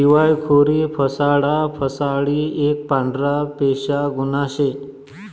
दिवायखोरी फसाडा फसाडी एक पांढरपेशा गुन्हा शे